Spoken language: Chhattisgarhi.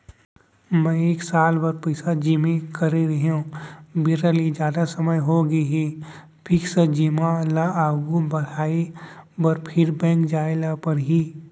मैं एक साल बर पइसा जेमा करे रहेंव, बेरा ले जादा समय होगे हे का फिक्स जेमा ल आगू बढ़ाये बर फेर बैंक जाय ल परहि?